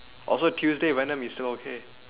oh so Tuesday you went then you saw okay